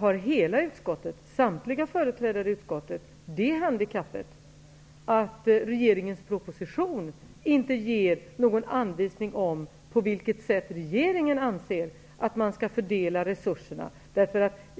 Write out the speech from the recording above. har samtliga företrädare i utskottet det handikappet att regeringens proposition inte ger någon anvisning om på vilket sätt regeringen anser att man bör fördela resurserna.